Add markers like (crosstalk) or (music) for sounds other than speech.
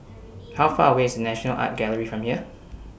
(noise) How Far away IS National Art Gallery from here